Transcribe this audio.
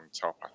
top